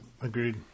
Agreed